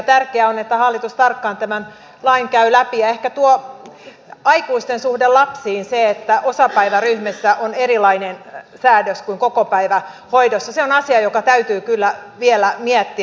tärkeää on että hallitus tarkkaan tämän lain käy läpi ja ehkä tuo aikuisten suhde lapsiin se että osapäiväryhmissä on erilainen säädös kuin kokopäivähoidossa on asia joka täytyy kyllä vielä miettiä